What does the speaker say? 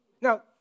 Now